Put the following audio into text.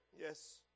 Yes